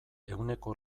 ehuneko